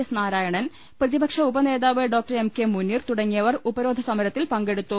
S Narayanan പ്രതിപക്ഷ ഉപനേതാവ് Dr M K Muneer തുടങ്ങിയവർ ഉപരോധസമരത്തിൽ പങ്കെടുത്തു